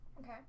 Okay